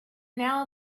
now